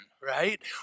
right